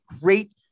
great